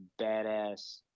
badass